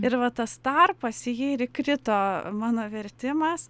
ir va tas tarpas į jį ir įkrito mano vertimas